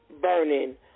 burning